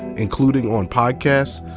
including on podcasts,